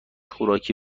خوراکی